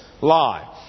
lie